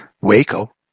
Waco